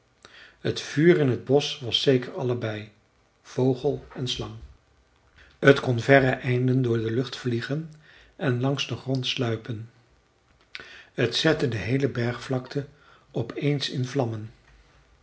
t vuur in t bosch was zeker allebei vogel en slang t kon verre einden door de lucht vliegen en langs den grond sluipen t zette de heele bergvlakte op eens in vlammen